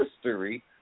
history